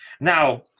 Now